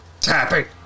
tapping